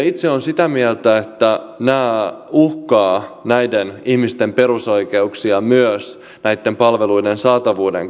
itse olen sitä mieltä että nämä uhkaavat näiden ihmisten perusoikeuksia myös näiden palveluiden saatavuuden kautta